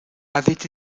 avait